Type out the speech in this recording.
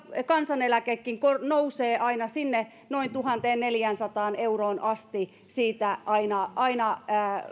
kansaneläkekin nousee aina sinne noin tuhanteenneljäänsataan euroon asti siitä aina aina